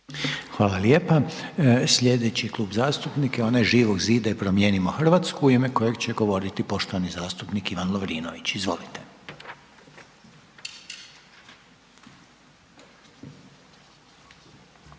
Hvala lijepa. Slijedeći Klub zastupnika je onaj Živog zida i Promijenimo Hrvatsku u ime kojeg će govoriti poštovani zastupnik Ivan Lovrinović. Izvolite.